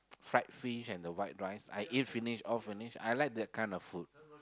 fried fish and the white rice I eat finish all finish I like that kind of food